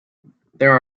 there